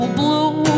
blue